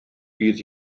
bydd